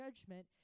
judgment